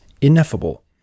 ineffable